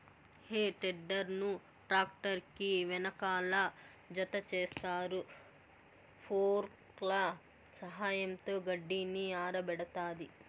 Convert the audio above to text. హే tedder ను tractor కి వెనకాల జతచేస్తారు, ఫోర్క్ల సహాయంతో గడ్డిని ఆరబెడతాది